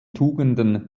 tugenden